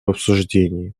обсуждении